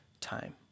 time